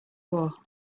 war